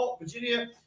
Virginia